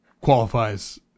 qualifies